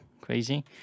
crazy